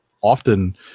often